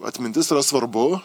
atmintis yra svarbu